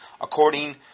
according